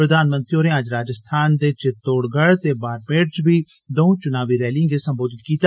प्रधानमंत्री होरें अज्ज राजस्थान दे चित्तौंड गढ़ ते बाड़मेर च बी दौं चुनावी रैलिएं गी संबोधित कीता